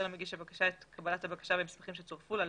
למגיש הבקשה את קבלת הבקשה והמסמכים שצורפו לה,